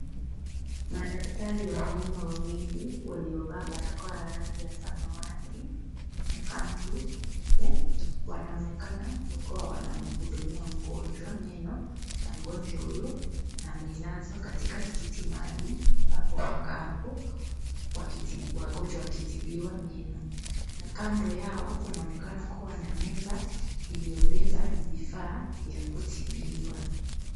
Madaktari wa meno wawili waliovaa barakoa ya rangi ya samawati na kanzu nyeupe wanaonekana wakiwa wanamhudumia mgonjwa meno na mgonjwa huyo amelazwa katika kiti maalum ambapo wanakaa hapo wagonjwa wakitibiwa meno na kando yao kunaonekana kuwa na meza iliyobeba vifaa vya kutibiwa.